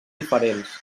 diferents